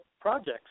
projects